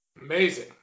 Amazing